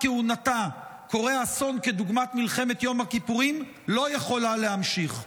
כהונתה קורה אסון כדוגמת מלחמת יום הכיפורים לא יכולה להמשיך.